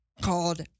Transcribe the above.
called